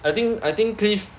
I think I think cliff